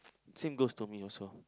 same goes to me also